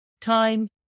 time